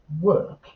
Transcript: work